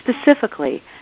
specifically